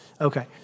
Okay